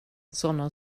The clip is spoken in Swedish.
såna